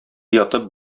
ятып